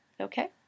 Okay